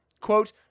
Quote